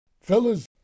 Fellas